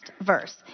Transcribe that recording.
verse